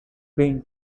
been